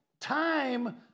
time